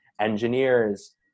engineers